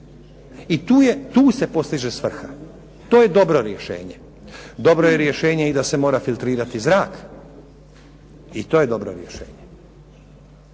I tu se postiže svrha. To je dobro rješenje. Dobro je rješenje i da se mora filtrirati zrak. I to je dobro rješenje.